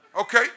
Okay